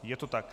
Je to tak.